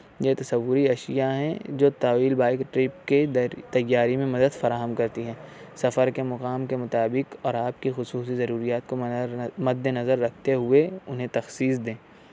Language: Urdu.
یہ تصوری اشیا ہیں جو طویل بائک کی ٹرپ کی تیاری میں مدد فراہم کرتی ہیں سفر کے مقام کے مطابق اور آپ کے خصوصی ضروریات کو مد نظر رکھتے ہوئے انہیں تخصیص دیں